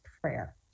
prayer